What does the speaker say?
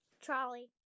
Trolley